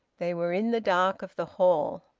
they were in the dark of the hall.